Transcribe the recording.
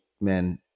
men